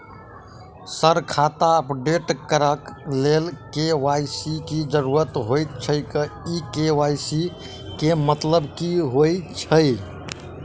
Sir खाता update करऽ लेल के.वाई.सी की जरुरत होइ छैय इ के.वाई.सी केँ मतलब की होइ छैय?